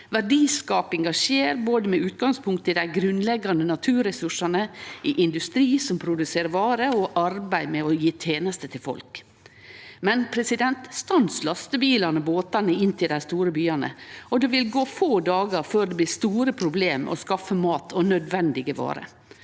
Verdiskapinga skjer med utgangspunkt både i dei grunnleggande naturressursane, i industri som produserer varer, og i arbeid med å gje tenester til folk. Men stans lastebilane og båtane inn til dei store byane, og det vil gå få dagar før det blir store problem med å skaffe mat og nødvendige varer.